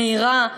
מהירה,